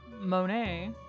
Monet